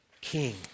king